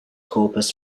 corpus